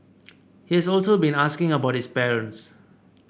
he has also been asking about his parents